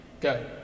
go